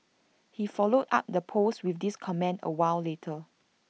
he followed up that post with this comment A while later